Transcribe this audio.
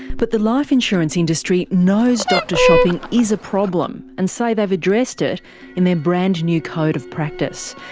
but the life insurance industry knows doctor shopping is a problem and say they've addressed it in their brand new code of practice.